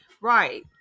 Right